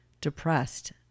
depressed